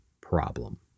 problem